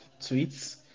tweets